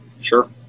sure